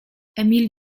emil